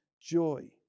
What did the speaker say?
joy